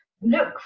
look